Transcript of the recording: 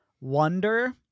wonder